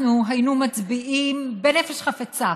אנחנו היינו מצביעים בנפש חפצה